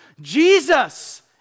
Jesus